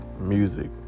music